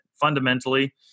Fundamentally